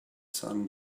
sun